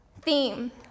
theme